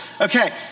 Okay